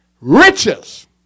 riches